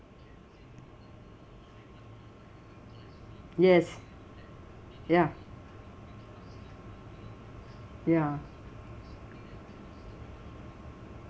yes ya ya